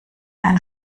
einen